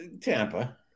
Tampa